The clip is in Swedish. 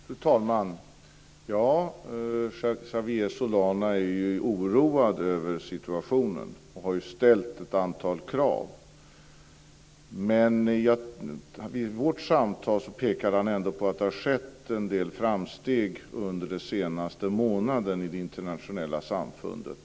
Fru talman! Javier Solana är oroad över situationen, och han har ställt ett antal krav. Men vid vårt samtal pekade han ändå på att det har skett en del framsteg under den senaste månaden i det internationella samfundet.